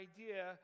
idea